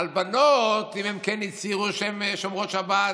על בנות, אם הן כן הצהירו שהן שומרות שבת,